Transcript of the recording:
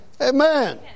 Amen